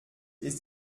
ist